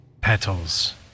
petals